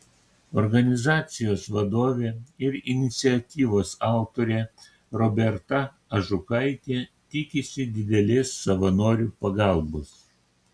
organizacijos vadovė ir iniciatyvos autorė roberta ažukaitė tikisi didelės savanorių pagalbos